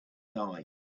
die